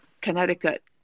Connecticut